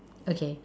okay